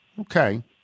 Okay